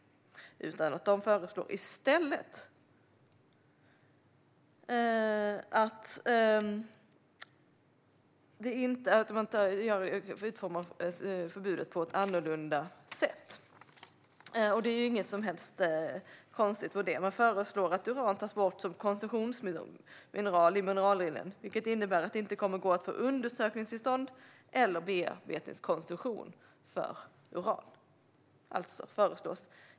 Verket föreslår i stället att förbudet ska utformas på ett annorlunda sätt. Det är inget konstigt med det. Man föreslår att "uran tas bort som koncessionsmineral ur minerallagen". Det innebär att det inte kommer att gå att få "undersökningstillstånd eller bearbetningskoncession beträffande uran".